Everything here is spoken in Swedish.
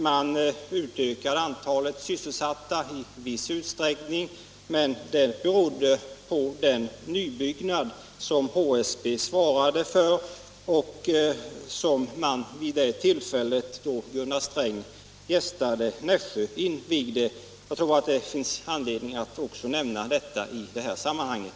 Man utökade antalet sysselsatta i viss utsträckning, men det berodde på den nybyggnad som HSB svarade för och som invigdes vid det tillfälle då Gunnar Sträng gästade Nässjö. Jag tror det finns anledning att också nämna detta i det här sammanhanget.